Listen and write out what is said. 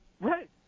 Right